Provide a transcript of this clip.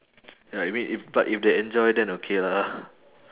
ya I mean if but if they enjoy then okay lah ah